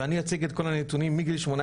ואני אציג את כל הנתונים מגיל שמונה